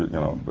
you know,